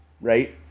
right